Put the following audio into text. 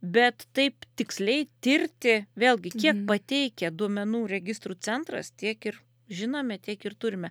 bet taip tiksliai tirti vėlgi kiek pateikia duomenų registrų centras tiek ir žinome tiek ir turime